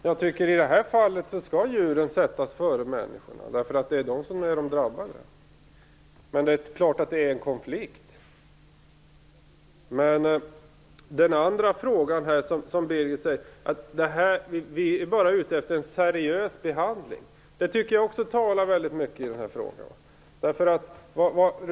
Fru talman! I det här fallet skall djuren sättas före människan. Det är djuren som drabbas. Men det är klart att det är en konflikt. Birgit Friggebo menar att vi bara är ute efter en seriös behandling. Det tycker jag talar väldigt mycket.